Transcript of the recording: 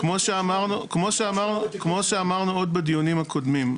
כמו שאמרנו עוד בדיונים הקודמים,